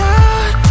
out